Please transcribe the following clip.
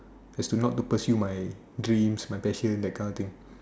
as to not to pursue my dreams my passion that kind of thing